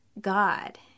God